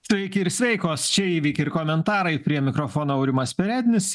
sveiki ir sveikos čia įvykiai ir komentarai prie mikrofono aurimas perednis